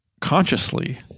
consciously